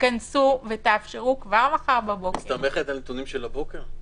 תתכנסו ותאפשרו כבר מחר בבוקר --- את מסתמכת על הנתונים מהבוקר?